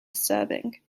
disturbing